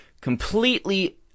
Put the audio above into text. completely